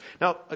Now